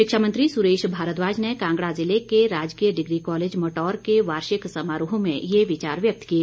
शिक्षा मंत्री सुरेश भारद्वाज ने कांगड़ा जिले के राजकीय डिग्री कॉलेज मटौर के वार्षिक समारोह में ये विचार व्यक्त किए